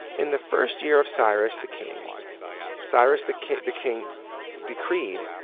in the first year of cyrus the king cyrus the king the king decreed,